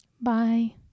bye